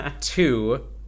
two